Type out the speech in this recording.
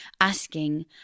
asking